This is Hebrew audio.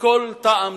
בכל טעם טוב,